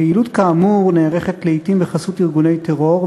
פעילות כאמור נערכת לעתים בחסות ארגוני טרור,